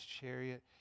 chariot